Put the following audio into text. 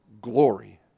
glory